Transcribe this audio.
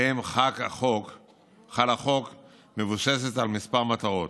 שעליהם חל החוק מבוססת על כמה מטרות,